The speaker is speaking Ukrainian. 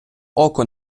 око